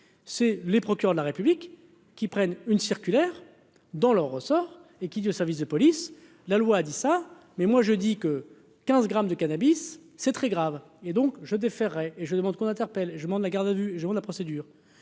c'est les procureurs de la République qui prennent une circulaire dans le ressort et qui dit aux services de police, la loi a dit ça, mais moi je dis que 15 grammes de cannabis, c'est très grave, et donc je faire et je demande qu'on interpelle, je monte la garde à vue, je vois la procédure